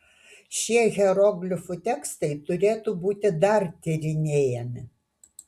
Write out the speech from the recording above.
šie hieroglifų tekstai turėtų būti dar tyrinėjami